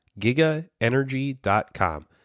gigaenergy.com